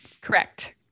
Correct